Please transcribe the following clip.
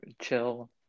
chill